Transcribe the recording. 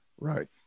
Right